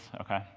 okay